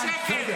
--- זה שקר.